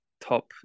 top